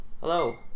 Hello